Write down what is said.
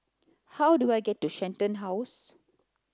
how do I get to Shenton House